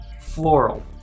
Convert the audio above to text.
Floral